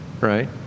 right